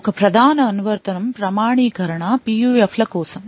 ఒక ప్రధాన అనువర్తనం ప్రామాణీకరణ PUF ల కోసం